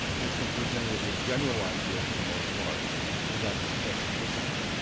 that's been presented as a general idea for the most part without the specificity,